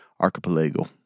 archipelago